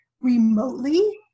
remotely